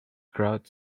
crowd